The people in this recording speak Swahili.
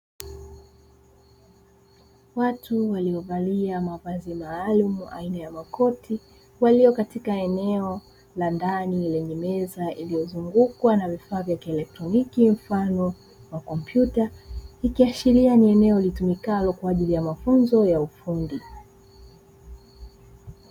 Watu waliovalia mavazi maalumu aina ya makoti walio katika eneo la ndani lenye meza iliozungukwa na vifaa vya kielektroniki mfano wa kompyuta, ikiashiria ni eneo litumikalo kwaajili ya mafunzo ya ufundi.